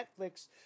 Netflix